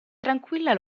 tranquilla